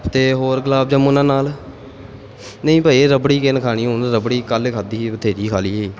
ਅਤੇ ਹੋਰ ਗੁਲਾਬ ਜਾਮੁਨਾਂ ਨਾਲ ਨਹੀਂ ਭਾਅ ਜੀ ਰਬੜੀ ਕਿਹਨੇ ਖਾਣੀ ਹੁਣ ਰਬੜੀ ਕੱਲ੍ਹ ਖਾਦੀ ਸੀ ਬਥੇਰੀ ਖਾ ਲਈ